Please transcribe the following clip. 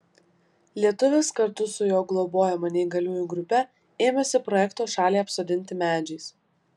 lietuvis kartu su jo globojama neįgaliųjų grupe ėmėsi projekto šalį apsodinti medžiais